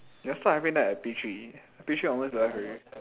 last time having that at P three P three onwards don't have already